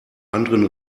anderen